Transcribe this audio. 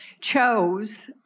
chose